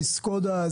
סקודה,